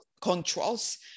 controls